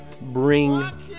bring